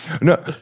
No